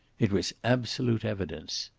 it was absolute evidence.